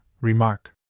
remark